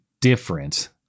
different